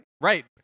Right